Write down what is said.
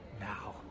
Now